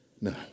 No